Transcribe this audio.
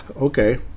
Okay